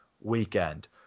weekend